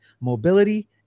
mobility